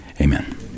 Amen